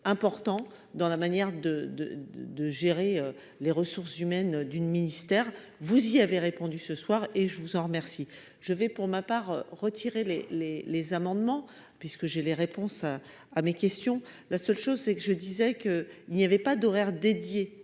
important dans la manière de, de, de gérer les ressources humaines d'une ministère vous y avait répondu ce soir et je vous en remercie, je vais pour ma part, retirer les, les, les amendements puisque j'ai les réponses à mes questions, la seule chose, c'est que je disais que il n'y avait pas d'horaire dédié